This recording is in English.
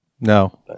No